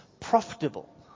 profitable